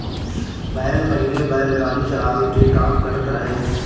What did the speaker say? बैल पहिले बैलगाड़ी चलावे के काम करत रहे